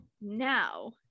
now